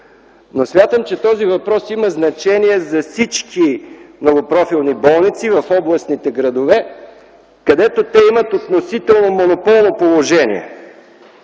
но смятам, че този въпрос има значение за всички многопрофилни болници в областните градове, където те имат относително монополно положение.